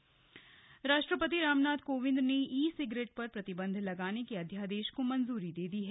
ई cigarette राष्ट्रपति रामनाथ कोविंद ने e cigarette पर प्रतिबंध लगाने के अध्यादेश को मंजूरी दे दी है